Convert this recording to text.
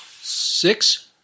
Six